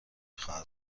خواهد